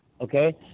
okay